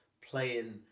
playing